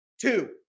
two